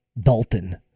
Dalton